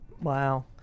Wow